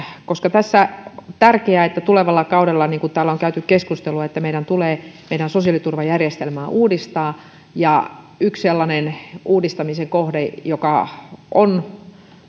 on tärkeää että tulevalla kaudella niin kuin täällä on käyty keskustelua meidän tulee meidän sosiaaliturvajärjestelmäämme uudistaa ja yksi sellainen uudistamisen kohde joka on